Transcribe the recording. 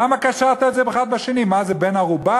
למה קשרת את זה האחד בשני, מה זה, בן-ערובה?